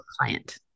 client